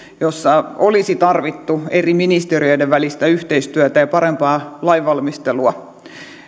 jossa olisi tarvittu eri ministeriöiden välistä yhteistyötä ja parempaa lainvalmistelua